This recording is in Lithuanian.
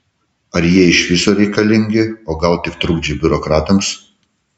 ar jie iš viso reikalingi o gal tik trukdžiai biurokratams